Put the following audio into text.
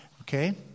okay